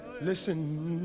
listen